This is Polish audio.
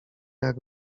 jak